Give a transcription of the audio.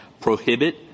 prohibit